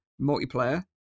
multiplayer